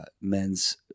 men's